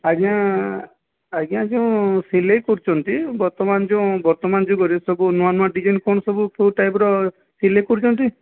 ଆଜ୍ଞା ଆଜ୍ଞା ଯୋଉ ସିଲେଇ କରୁଛନ୍ତି ବର୍ତ୍ତମାନ ଯେଉଁ ବର୍ତ୍ତମାନ ଯୁଗରେ ସବୁ ନୂଆ ନୂଆ ଡିଜାଇନ୍ କ'ଣ ସବୁ କୋଉ ଟାଇପ୍ ର ସିଲେଇ କରୁଛନ୍ତି